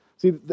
See